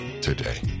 today